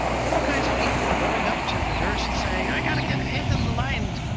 all kinds of people were going up to the nurse and saying, i've got to get ahead in the line,